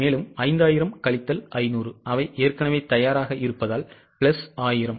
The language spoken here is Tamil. எனவே 5000 கழித்தல் 500 அவை ஏற்கனவே தயாராக இருப்பதால் பிளஸ் 1000 ஆகும்